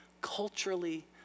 culturally